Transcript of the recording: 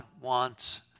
wants